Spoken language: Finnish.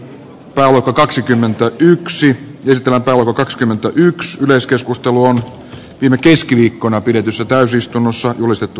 kauko kaksikymmentä yksi ystävä paul kakskymmentäyks yleiskeskustelu on viime keskiviikkona pidetyssä täysistunnossa julistettu